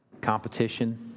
competition